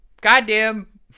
goddamn